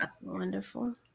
Wonderful